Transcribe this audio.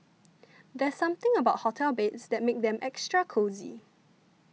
there's something about hotel beds that makes them extra cosy